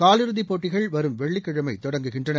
காலிறுதிப் போட்டிகள் வரும் வெள்ளிக்கிழமை தொடங்குகின்றன